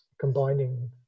combining